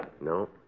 No